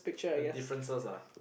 the differences ah